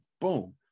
Boom